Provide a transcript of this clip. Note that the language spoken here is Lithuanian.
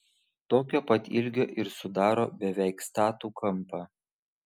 tokio pat ilgio ir sudaro beveik statų kampą